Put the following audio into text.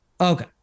Okay